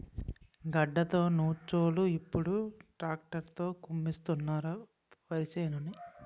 గడ్డతో నూర్చోలు ఇప్పుడు ట్రాక్టర్ తో కుమ్మిస్తున్నారు వరిసేనుని